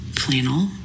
flannel